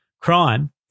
crime